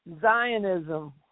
Zionism